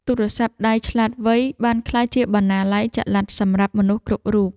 ទូរស័ព្ទដៃឆ្លាតវៃ បានក្លាយជាបណ្ណាល័យចល័តសម្រាប់មនុស្សគ្រប់រូប។